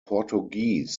portuguese